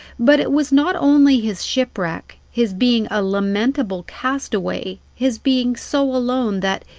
but it was not only his shipwreck his being a lamentable castaway, his being so alone that,